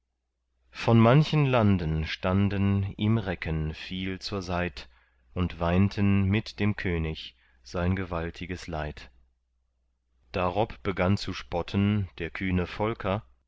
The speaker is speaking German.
von manchen landen standen ihm recken viel zur seit und weinten mit dem könig sein gewaltiges leid darob begann zu spotten der kühne volker